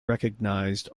recognised